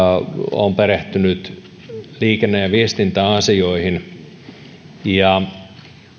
on perehtynyt liikenne ja viestintäasioihin ja